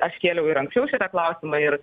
aš kėliau ir anksčiau šitą klausimą ir